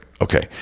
Okay